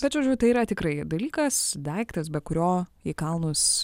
bet žodžiu tai yra tikrai dalykas daiktas be kurio į kalnus